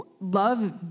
Love